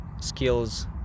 skills